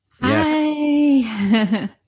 Hi